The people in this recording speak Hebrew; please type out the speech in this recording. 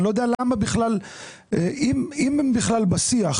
אם הם בכלל בשיח